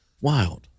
Wild